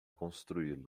construí